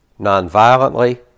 nonviolently